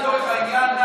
לצורך העניין,